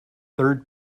third